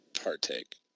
partake